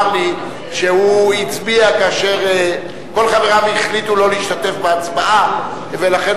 לי שהוא הצביע כאשר כל חבריו החליטו לא להשתתף בהצבעה ולכן